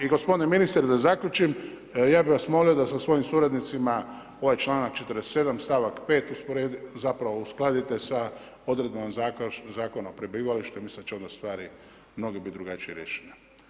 I gospodine ministre da zaključim, ja bi vas molio da sa svojim suradnicima ovaj članak 47. stavak 5. uskladite sa odredbama Zakona o prebivalištu, mislim da će onda stvari mnogo biti drugačije riješene.